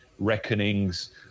reckonings